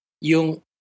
yung